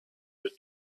your